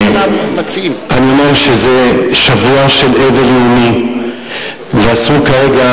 אני אומר שזה שבוע של אבל לאומי ואסור כרגע